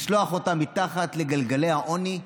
לשלוח אותם מתחת לגלגלי העוני,